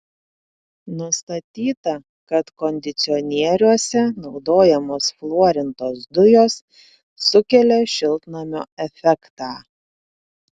nustatyta kad kondicionieriuose naudojamos fluorintos dujos sukelia šiltnamio efektą